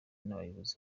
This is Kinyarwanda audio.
n’abayobozi